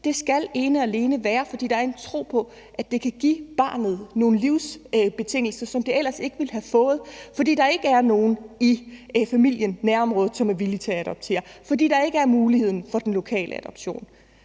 Det skal ene og alene være, fordi der er en tro på, at det kan give barnet nogle livsbetingelser, som det ellers ikke ville have fået, fordi der ikke er nogen i familien eller i nærområdet, som er villige til at adoptere barnet, og fordi der ikke er mulighed for en lokal adoption.